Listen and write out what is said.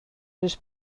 les